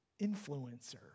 influencer